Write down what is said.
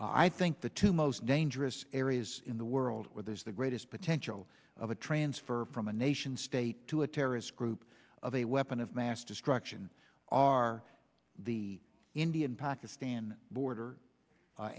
i think the two most dangerous areas in the world where there's the greatest potential of a transfer from a nation state to a terrorist group of a weapon of mass destruction are the indian pakistan border